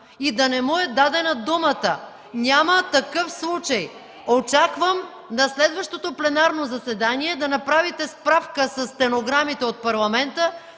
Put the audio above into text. и да не му е дадена думата. Няма такъв случай! Очаквам на следващото пленарно заседание да направите справка със стенограмите от Парламента